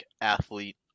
athlete –